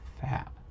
fat